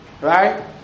Right